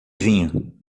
vinho